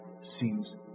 seems